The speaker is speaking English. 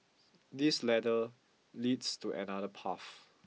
this ladder leads to another path